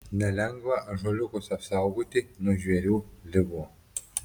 nelengva ąžuoliukus apsaugoti nuo žvėrių ligų